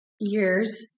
years